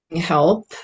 help